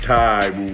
time